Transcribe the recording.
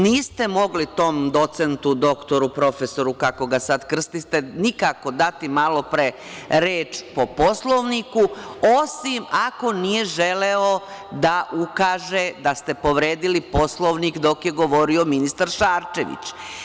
Niste mogli tom docentu, dr, profesoru, kako ga sad krstiste nikako dati malo pre reč po Poslovniku, osim ako nije želeo da ukaže da ste povredili Poslovnik dok je govorio ministar Šarčević.